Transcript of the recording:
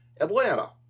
Atlanta